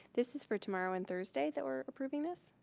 this is for tomorrow and thursday that we're approving this?